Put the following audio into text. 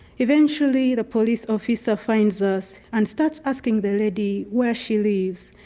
eventually, the police officer finds us and starts asking the lady where she lives,